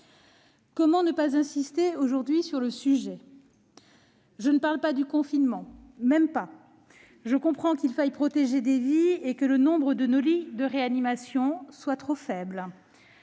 Comment ne pas insister aujourd'hui sur le sujet ? Je ne parle même pas du confinement. Je comprends qu'il faille protéger des vies et que le nombre de nos lits de réanimation soit trop faible.